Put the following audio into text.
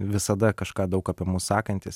visada kažką daug apie mus sakantys